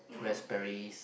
raspberries